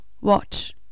watch